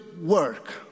work